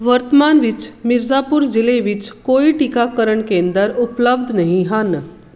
ਵਰਤਮਾਨ ਵਿੱਚ ਮਿਰਜ਼ਾਪੁਰ ਜ਼ਿਲ੍ਹੇ ਵਿੱਚ ਕੋਈ ਟੀਕਾਕਰਨ ਕੇਂਦਰ ਉਪਲਬਧ ਨਹੀਂ ਹਨ